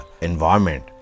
environment